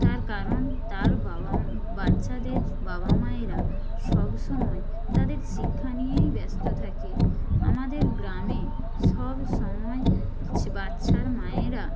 তার কারণ তার বাবা বাচ্চাদের বাবা মায়েরা সবসময় তাদের শিক্ষা নিয়েই ব্যস্ত থাকে আমাদের গ্রামে সবসময় বাচ্চার মায়েরা